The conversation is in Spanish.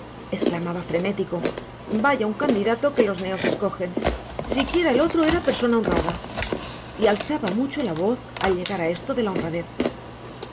exclamaba frenético vaya un candidato que los neos escogen siquiera el otro era persona honrada y alzaba mucho la voz al llegar a esto de la honradez